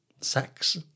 sex